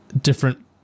different